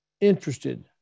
interested